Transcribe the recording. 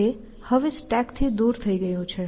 તે હવે સ્ટેકથી દૂર થઈ ગયું છે